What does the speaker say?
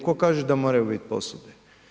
Tko kaže da moraju biti posude?